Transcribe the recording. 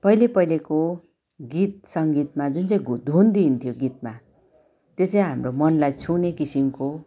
पहिले पहिलेको गीत सङ्गीतमा जुन चाहिँ घुट् धुन दिइन्थ्यो गीतमा त्यो चाहिँ हाम्रो मनलाई छुने किसिमको